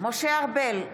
משה ארבל,